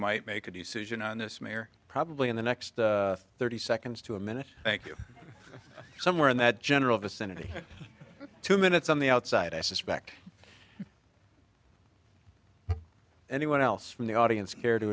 might make a decision on this mayor probably in the next thirty seconds to a minute thank you somewhere in that general vicinity two minutes on the outside i suspect anyone else from the audience care to